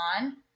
on